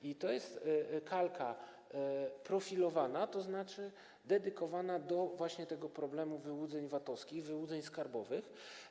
I to jest kalka profilowana, tzn. dedykowana właśnie temu problemowi wyłudzeń VAT-owskich, wyłudzeń skarbowych.